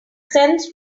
sends